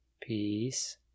Peace